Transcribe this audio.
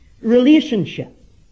Relationship